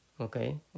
Okay